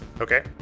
okay